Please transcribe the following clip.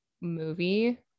movie